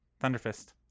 Thunderfist